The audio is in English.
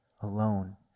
alone